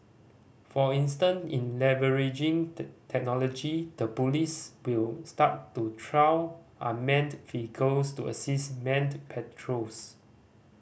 for instant in leveraging technology the police will start to trial unmanned vehicles to assist manned patrols